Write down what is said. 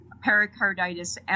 pericarditis